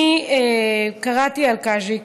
אני קראתי על קאז'יק,